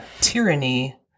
tyranny